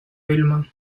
vilma